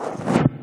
כבוד